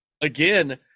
again